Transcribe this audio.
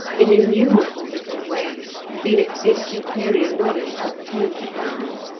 in innumerable little ways felix's superior knowledge had told upon them.